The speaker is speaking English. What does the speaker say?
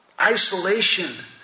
Isolation